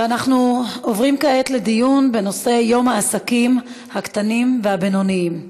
אנחנו עוברים כעת לדיון בנושא: יום העסקים הקטנים והבינוניים,